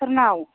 सोरनाव